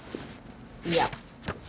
yup